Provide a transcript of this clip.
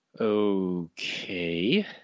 Okay